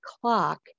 clock